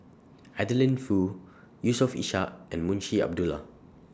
Adeline Foo Yusof Ishak and Munshi Abdullah